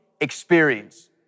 experience